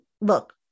look